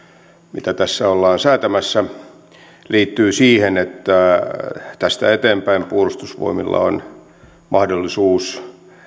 mitä tässä ollaan säätämässä liittyy siihen että tästä eteenpäin puolustusvoimilla on mahdollisuus